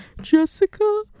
Jessica